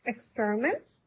Experiment